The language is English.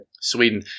Sweden